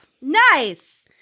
Nice